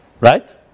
Right